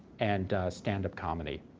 and stand-up comedy.